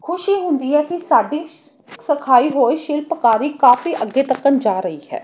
ਖੁਸ਼ੀ ਹੁੰਦੀ ਹੈ ਕੀ ਸਾਡੀ ਸ਼ ਸਖਾਈ ਹੋਈ ਸ਼ਿਲਪਕਾਰੀ ਕਾਫੀ ਅੱਗੇ ਤੱਕਣ ਜਾ ਰਹੀ ਹੈ